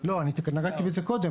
אמרתי קודם